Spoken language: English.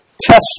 Test